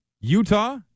Utah